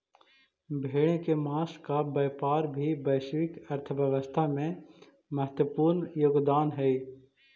भेड़ के माँस का व्यापार भी वैश्विक अर्थव्यवस्था में महत्त्वपूर्ण योगदान हई